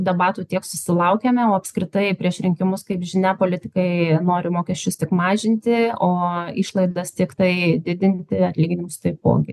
debatų tiek susilaukiame o apskritai prieš rinkimus kaip žinia politikai nori mokesčius tik mažinti o išlaidas tiktai didinti atlyginimus taipogi